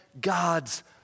God's